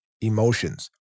emotions